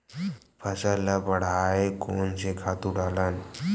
फसल ल बढ़ाय कोन से खातु डालन?